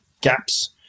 gaps